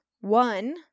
one